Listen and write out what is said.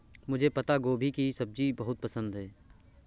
मुझे पत्ता गोभी की सब्जी बहुत पसंद है